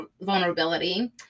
vulnerability